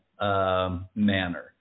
manner